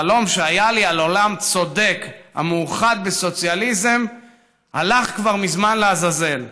החלום שהיה לי על עולם צודק המאוחד בסוציאליזם הלך כבר מזמן לעזאזל.